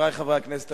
חברי חברי הכנסת,